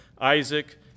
Isaac